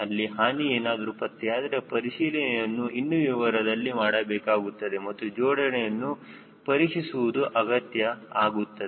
ಅಲ್ಲಿ ಹಾನಿ ಏನಾದರೂ ಪತ್ತೆಯಾದರೆ ಪರಿಶೀಲನೆಯನ್ನು ಇನ್ನು ವಿವರದಲ್ಲಿ ಮಾಡಬೇಕಾಗುತ್ತದೆ ಮತ್ತು ಜೋಡಣೆಯನ್ನು ಪರೀಕ್ಷಿಸುವುದು ಅಗತ್ಯ ಆಗುತ್ತದೆ